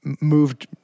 moved